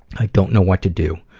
i don't know what to do.